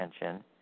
attention